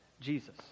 Jesus